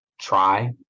try